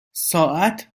ساعت